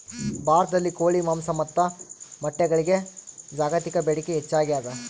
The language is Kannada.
ಭಾರತದಲ್ಲಿ ಕೋಳಿ ಮಾಂಸ ಮತ್ತು ಮೊಟ್ಟೆಗಳಿಗೆ ಜಾಗತಿಕ ಬೇಡಿಕೆ ಹೆಚ್ಚಾಗ್ಯಾದ